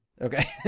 Okay